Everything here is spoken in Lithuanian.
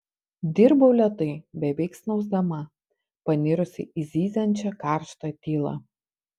dirbau lėtai beveik snausdama panirusi į zyziančią karštą tylą